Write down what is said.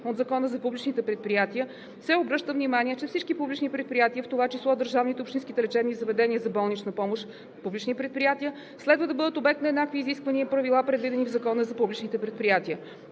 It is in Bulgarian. от Закона за публичните предприятия се обръща внимание, че всички публични предприятия, в това число държавните и общинските лечебни заведения за болнична помощ – публични предприятия, следва да бъдат обект на еднакви изисквания и правила, предвидени в Закона за публичните предприятия.